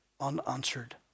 unanswered